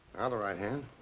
ah the right hand.